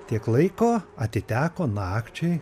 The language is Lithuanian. tiek laiko atiteko nakčiai